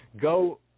go